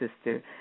sister